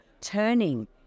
turning